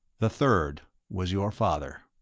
the third was your father.